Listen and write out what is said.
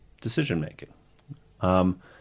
decision-making